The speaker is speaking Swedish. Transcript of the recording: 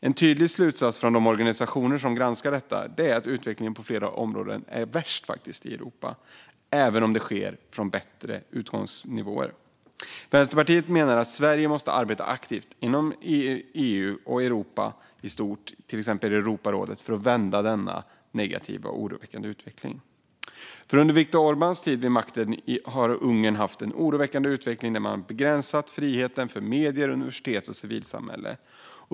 En tydlig slutsats från de organisationer som granskar detta är att utvecklingen på flera områden faktiskt är värst i Europa, även om det sker från bättre utgångsnivåer. Vänsterpartiet menar att Sverige måste arbeta aktivt inom EU och Europa i stort, till exempel i Europarådet, för att vända denna negativa och oroväckande utveckling. Under Viktor Orbáns tid vid makten har Ungern haft en oroande utveckling där man begränsat friheten för medier, universitet och civilsamhälle.